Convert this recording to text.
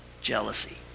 Jealousy